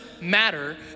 matter